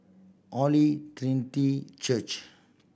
Holy Trinity Church